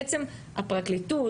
האם זה גרם לפרקליטות,